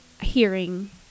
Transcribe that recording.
hearing